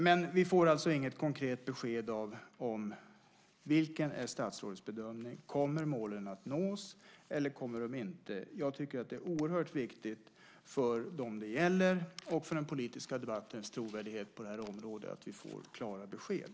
Men vi får alltså inget konkret besked om vilken som är statsrådets bedömning: Kommer målen att nås eller inte? Jag tycker att det är oerhört viktigt, för dem det gäller och för den politiska debattens trovärdighet på det här området, att vi får klara besked.